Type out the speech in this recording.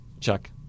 Chuck